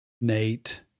Nate